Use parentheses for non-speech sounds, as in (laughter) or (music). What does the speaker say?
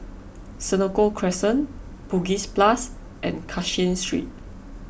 (noise) Senoko Crescent Bugis Plus and Cashin Street